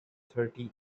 thirty